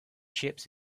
chips